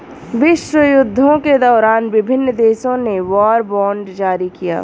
विश्वयुद्धों के दौरान विभिन्न देशों ने वॉर बॉन्ड जारी किया